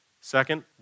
Second